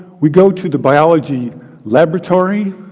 we go to the biology laboratory.